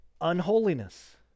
unholiness